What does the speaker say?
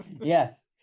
Yes